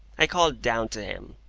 i called down to him,